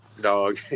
dog